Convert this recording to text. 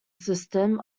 system